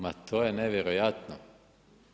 Ma to je nevjerojatno.